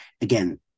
again